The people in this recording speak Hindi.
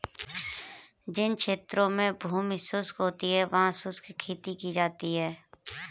जिन क्षेत्रों में भूमि शुष्क होती है वहां शुष्क खेती की जाती है